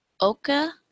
Oka